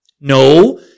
No